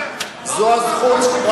זו הזכות,